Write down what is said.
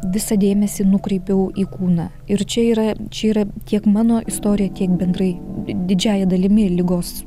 visą dėmesį nukreipiau į kūną ir čia yra čia yra tiek mano istorija tiek bendrai di didžiąja dalimi ligos